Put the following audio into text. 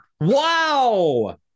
Wow